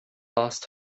last